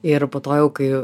ir po to jau kai